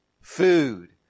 food